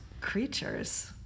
creatures